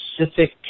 specific